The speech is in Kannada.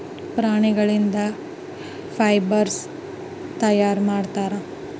ಪ್ರಾಣಿಗಳಿಂದ ಫೈಬರ್ಸ್ ತಯಾರು ಮಾಡುತ್ತಾರೆ